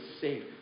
safe